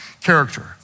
character